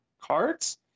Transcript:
cards